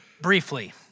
briefly—